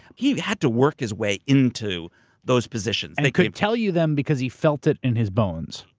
he had to work his way into those positions. and he could tell you them because he felt it in his bones.